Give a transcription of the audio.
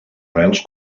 rels